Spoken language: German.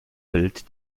bild